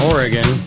Oregon